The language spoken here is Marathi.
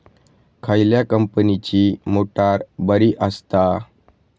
खयल्या कंपनीची मोटार बरी असता?